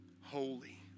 holy